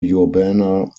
urbana